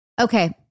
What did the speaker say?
Okay